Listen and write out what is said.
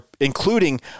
including